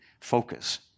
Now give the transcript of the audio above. focus